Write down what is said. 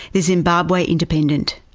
the zimbabwe independent.